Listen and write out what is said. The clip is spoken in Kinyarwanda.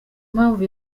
mpamvu